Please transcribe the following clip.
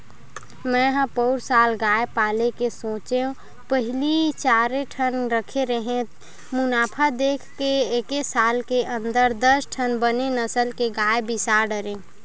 मेंहा पउर साल गाय पाले के सोचेंव पहिली चारे ठन रखे रेहेंव मुनाफा देख के एके साल के अंदर दस ठन बने नसल के गाय बिसा डरेंव